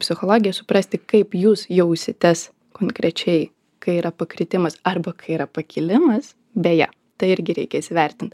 psichologiją suprasti kaip jūs jausitės konkrečiai kai yra pakritimas arba kai yra pakilimas beje tai irgi reikia įsivertint